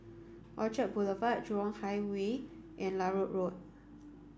Orchard Boulevard Jurong Highway and Larut Road